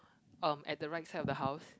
um at the right side of the house